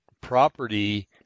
property